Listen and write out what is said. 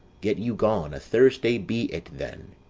get you gone. a thursday be it then.